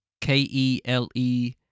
K-E-L-E